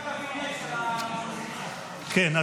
-- 95.